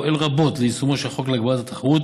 פועל רבות ליישומו של החוק להגברת התחרות